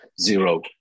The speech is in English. zero